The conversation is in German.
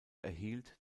erhielt